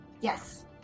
Yes